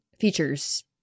features